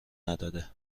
نداده